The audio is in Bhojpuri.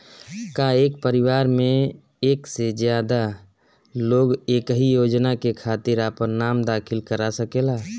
का एक परिवार में एक से ज्यादा लोग एक ही योजना के खातिर आपन नाम दाखिल करा सकेला?